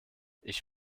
ich